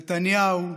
נתניהו,